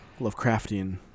Lovecraftian